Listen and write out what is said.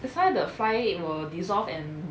that's why the fly egg will dissolve and